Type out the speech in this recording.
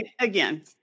Again